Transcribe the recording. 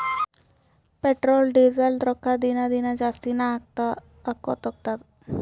petrol, ಡೀಸೆಲ್ದು ರೊಕ್ಕಾ ದಿನಾ ದಿನಾ ಜಾಸ್ತಿನೇ ಆಕೊತ್ತು ಹೊಲತ್ತುದ್